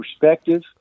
perspective